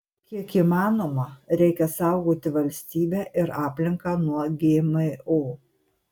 kiek įmanoma reikia saugoti valstybę ir aplinką nuo gmo